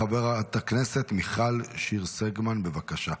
חברת הכנסת מיכל שיר סגמן, בבקשה.